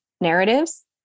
narratives